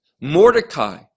Mordecai